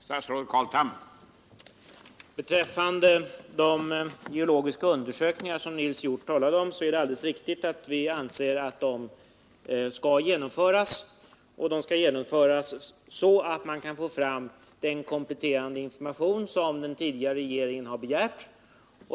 Herr talman! Beträffande de geologiska undersökningar som Nils Hjorth talade om är det alldeles riktigt att vi anser att de skall genomföras och att de skall genomföras så, att man kan få fram den kompletterande information som den tidigare regeringen har begärt.